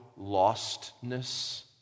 lostness